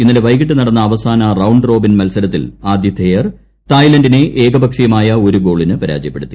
ഇന്നലെ വൈകിട്ട് നടന്ന അവസാന റൌണ്ട് റോബിൻ മത്സരത്തിൽ ആതിഥേയർ തായ്ലന്റിനെ ഏകപക്ഷീയമായ ഒരു ഗോളിന് പരാജയപ്പെടുത്തി